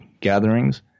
gatherings